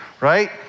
Right